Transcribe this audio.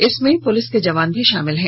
इसमें पुलिस के जवान भी शामिल हैं